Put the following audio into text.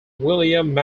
william